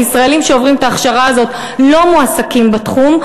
הישראלים שעוברים את ההכשרה הזאת לא מועסקים בתחום,